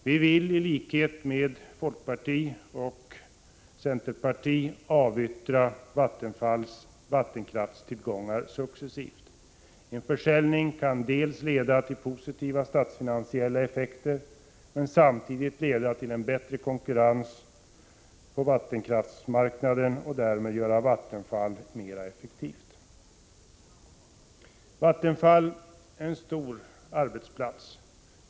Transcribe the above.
Vi vill i likhet med folkpartiet och centerpartiet successivt avyttra de vattenkraftstillgångar som Vattenfall har. En försäljning kan dels få positiva statsfinansiella effekter, dels leda till en bättre konkurrens på vattenkraftsmarknaden och därmed göra Vattenfall mera effektivt. Vattenfall är en stor arbetsplats.